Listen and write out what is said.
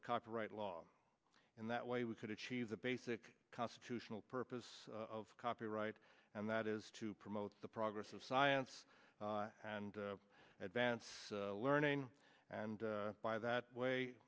the copyright law in that way we could achieve the basic constitutional purpose of copyright and that is to promote the progress of science and advance learning and by that way